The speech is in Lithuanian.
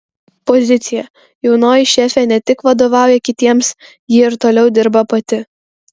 pozicija jaunoji šefė ne tik vadovauja kitiems ji ir toliau dirba pati